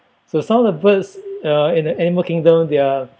so some of the birds uh in the animal kingdom there are